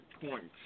points